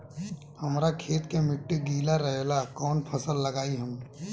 हमरा खेत के मिट्टी गीला रहेला कवन फसल लगाई हम?